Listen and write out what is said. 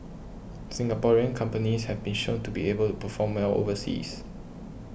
Singaporean companies have been shown to be able to perform well overseas